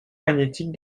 magnétique